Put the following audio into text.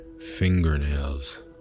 fingernails